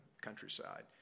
countryside